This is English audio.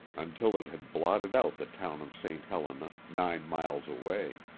until it had blotted out the town of st. helena, nine miles away.